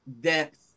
depth